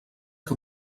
que